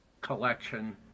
collection